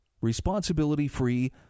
responsibility-free